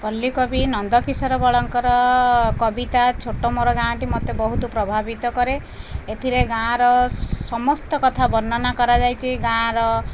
ପଲ୍ଲୀକବି ନନ୍ଦକିଶୋର ବଳଙ୍କର କବିତା ଛୋଟ ମୋର ଗାଁଟି ମୋତେ ବହୁତ ପ୍ରଭାବିତ କରେ ଏଥିରେ ଗାଁର ସମସ୍ତ କଥା ବର୍ଣ୍ଣନା କରାଯାଇଛି ଗାଁର